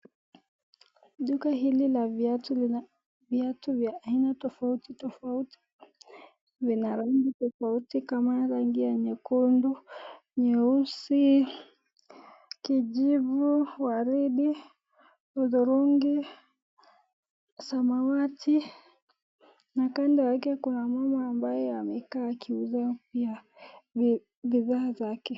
Duka hili la viatu lina viatu vya aina tofauti tofauti. Vina rangi tofauti kama rangi ya nyekundu, nyeusi, kijivu, waridi, hudhurungi, samawati na kando yake kuna mama ambaye amekaa akiuza via bidhaa yake.